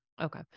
Okay